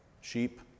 sheep